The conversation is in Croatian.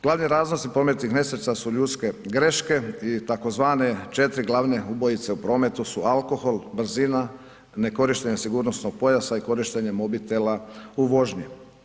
Glavni razlozi prometnih nesreća su ljudske greške i tzv. 4 glavne ubojice u prometu su alkohol, brzina, nekorištenje sigurnosnog pojasa i korištenje mobitela u vožnji.